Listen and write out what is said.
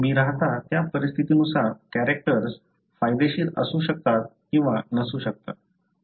तुम्ही राहता त्या परिस्थितीनुसार कॅरेक्टर्स फायदेशीर असू किंवा नसू शकतात